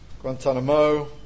Guantanamo